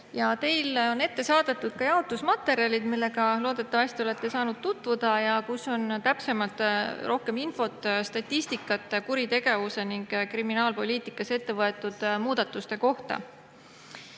Teile on ette saadetud ka jaotusmaterjalid, millega loodetavasti olete saanud tutvuda. Seal on rohkem täpsemat infot, statistikat kuritegevuse ning kriminaalpoliitikas ette võetud muudatuste kohta.